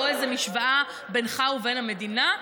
לא איזו משוואה בינך ובין המדינה,